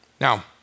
Now